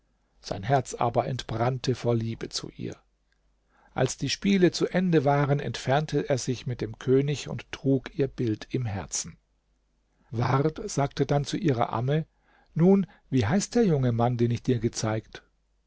sein herz aber entbrannte vor liebe zu ihr als die spiele zu ende waren entfernte er sich mit dem könig und trug ihr bild im herzen ward sagte dann zu ihrer amme nun wie heißt der junge mann den ich dir gezeigt